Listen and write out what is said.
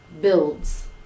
builds